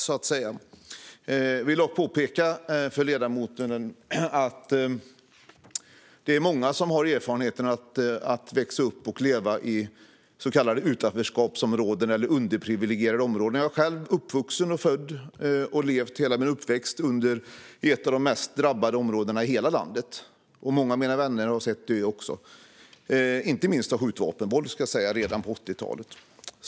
Jag vill påpeka för ledamoten att det är många som har erfarenhet av att växa upp och leva i så kallade utanförskapsområden eller underprivilegierade områden. Jag är själv född och har levt hela min uppväxt i ett av de mest drabbade områdena i hela landet, och jag har sett många av mina vänner dö - inte minst av skjutvapenvåld, ska jag säga, redan på 80-talet.